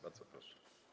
Bardzo proszę.